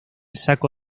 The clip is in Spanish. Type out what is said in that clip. saco